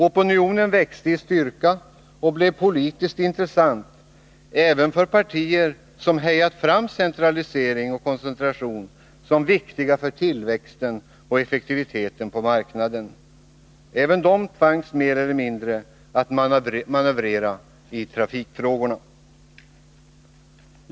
Opinionen växte i styrka och blev politiskt intressant även för partier som hejat fram centralisering och koncentration såsom viktiga för tillväxten och effektiviteten på marknaden. Även de tvangs mer eller mindre att manövrera i trafikfrågorna.